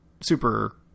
super